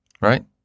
Right